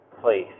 place